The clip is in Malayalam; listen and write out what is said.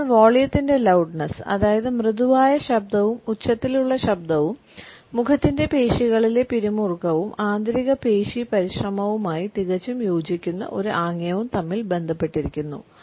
അതിനാൽ വോളിയത്തിന്റെ ലൌഡ്നസ് അതായത് മൃദുവായ ശബ്ദവും ഉച്ചത്തിലുള്ള ശബ്ദവും മുഖത്തിന്റെ പേശികളിലെ പിരിമുറുക്കവും ആന്തരിക പേശി പരിശ്രമവുമായി തികച്ചും യോജിക്കുന്ന ഒരു ആംഗ്യവും തമ്മിൽ ബന്ധപ്പെട്ടിരിക്കുന്നു